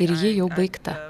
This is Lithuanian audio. ir ji jau baigta